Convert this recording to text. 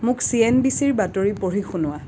মোক C N B চিৰ বাতৰি পঢ়ি শুনোৱা